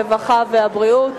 הרווחה והבריאות.